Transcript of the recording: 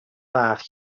fach